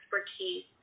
expertise